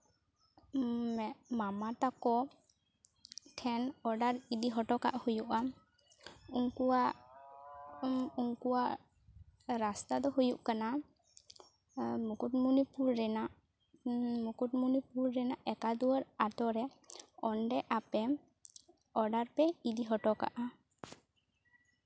ᱢᱟᱢᱟ ᱛᱟᱠᱚ ᱴᱷᱮᱱ ᱚᱰᱟᱨ ᱤᱫᱤ ᱦᱚᱴᱚᱠᱟᱜ ᱦᱩᱭᱩᱜᱼᱟ ᱩᱱᱠᱩᱣᱟᱜ ᱩᱱᱠᱩᱣᱟᱜ ᱨᱟᱥᱛᱟ ᱫᱚ ᱦᱩᱭᱩᱜ ᱠᱟᱱᱟ ᱢᱩᱠᱩᱴᱢᱩᱱᱤᱯᱩᱨ ᱨᱮᱱᱟᱜ ᱢᱩᱠᱩᱴᱢᱚᱱᱤᱯᱩᱨ ᱨᱮᱱᱟᱜ ᱮᱠᱟᱫᱩᱣᱟᱹᱨ ᱟᱛᱳ ᱨᱮ ᱚᱸᱰᱮ ᱟᱯᱮ ᱚᱰᱟᱨ ᱯᱮ ᱤᱫᱤ ᱦᱚᱴᱚᱠᱟᱜᱼᱟ